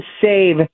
save